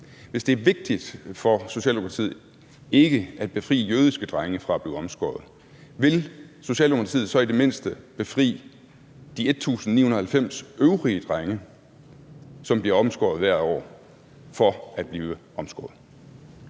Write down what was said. Hvis det er vigtigt for Socialdemokratiet ikke at befri jødiske drenge fra at blive omskåret, vil Socialdemokratiet så i det mindste befri de 1.990 øvrige drenge, der bliver omskåret hvert år, fra at blive omskåret?